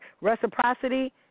Reciprocity